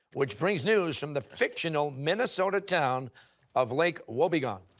which brings news from the fictional minnesota town of lake wobegon?